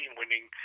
winning